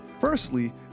Firstly